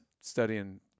studying